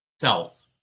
self